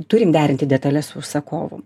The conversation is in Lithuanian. turim derinti detales su užsakovu